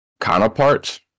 counterparts